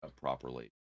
properly